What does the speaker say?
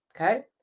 okay